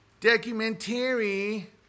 Documentary